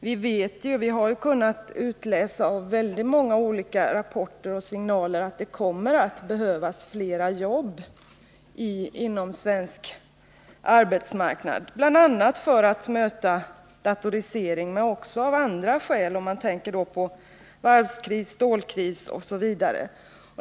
Vi har kunnat utläsa av väldigt många rapporter och signaler att det kommer att behövas flera jobb på den svenska arbetsmarknaden, bl.a. för att möta datoriseringen men också av andra skäl — jag tänker t.ex. på varvskriser, stålkriser osv.